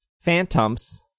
Phantoms